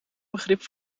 begrip